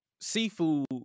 seafood